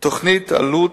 תוכנית עלות.